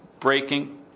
breaking